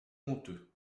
monteux